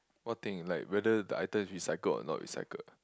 what thing you like whether the item is recycled or not recycled